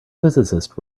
physicist